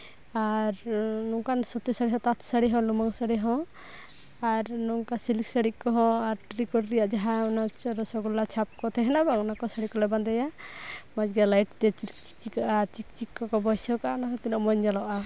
ᱟᱨ ᱱᱚᱝᱠᱟᱱ ᱥᱩᱛᱤ ᱥᱟᱹᱲᱤ ᱦᱚᱸ ᱛᱟᱸᱛ ᱥᱟᱹᱲ ᱦᱚᱸ ᱞᱩᱢᱟᱝ ᱥᱟᱹᱲᱤ ᱦᱚᱸ ᱟᱨ ᱱᱚᱝᱠᱟ ᱥᱤᱞᱤᱠ ᱥᱟᱹᱲᱤ ᱠᱚᱦᱚᱸ ᱟᱨ ᱴᱨᱤᱠᱚᱴ ᱨᱮᱭᱟᱜ ᱡᱟᱦᱟᱸ ᱚᱱᱟ ᱨᱚᱥᱚᱜᱳᱞᱞᱟ ᱪᱷᱟᱯ ᱠᱚ ᱛᱟᱦᱮᱱᱟ ᱵᱟᱝ ᱚᱱᱟᱠᱚ ᱥᱟᱹᱲᱤ ᱠᱚᱞᱮ ᱵᱟᱸᱫᱮᱭᱟ ᱢᱚᱡᱽᱜᱮ ᱞᱟᱹᱭᱤᱴ ᱛᱮ ᱪᱤᱠ ᱪᱤᱠᱚᱜᱼᱟ ᱪᱤᱠ ᱪᱤᱠ ᱠᱚᱠᱚ ᱵᱟᱹᱭᱥᱟᱹᱣ ᱠᱟᱜᱼᱟ ᱚᱱᱟᱦᱚᱸᱛᱤᱱᱟᱹᱜ ᱢᱚᱡᱽ ᱧᱮᱞᱚᱜᱼᱟ